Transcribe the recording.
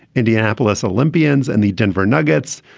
indianapolis olympian's and the denver nuggets.